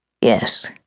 Yes